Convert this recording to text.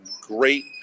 great